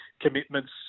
commitments